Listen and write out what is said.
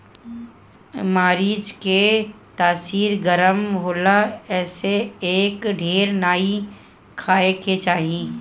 मरीच के तासीर गरम होला एसे एके ढेर नाइ खाए के चाही